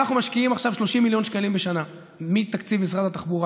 אנחנו משקיעים עכשיו 30 מיליון שקלים בשנה מתקציב משרד התחבורה,